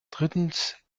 drittens